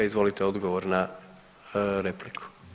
Izvolite odgovor na repliku.